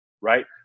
right